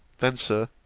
then, sir,